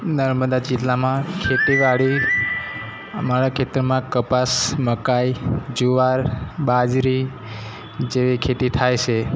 નર્મદા જિલ્લામાં ખેતીવાડી અમારા ખેતરમાં કપાસ મકાઈ જુવાર બાજરી જેવી ખેતી થાય છે